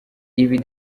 ibi